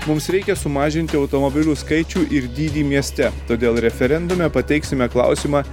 mums reikia sumažinti automobilių skaičių ir dydį mieste todėl referendume pateiksime klausimą